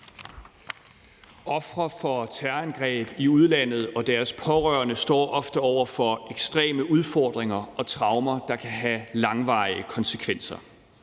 Ofre for terrorangreb i udlandet og deres pårørende står ofte over for ekstreme udfordringer og traumer, der kan have langvarige konsekvenser.